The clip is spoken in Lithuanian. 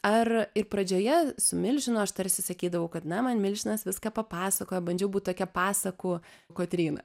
ar ir pradžioje su milžinu aš tarsi sakydavau kad na man milžinas viską papasakojo bandžiau būt tokia pasakų kotryna